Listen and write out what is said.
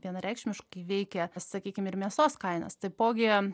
vienareikšmiškai veikia sakykim ir mėsos kainas taipogi